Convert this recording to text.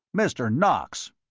mr. knox!